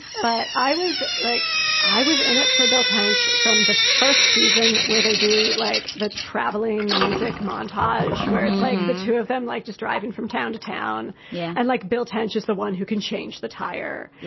but i was like i was in it for bill tench from the first season where they do like the traveling music montage, where it's like the two of them, like just driving from town to town. yeah, i like bill tench is the one who can change the tire.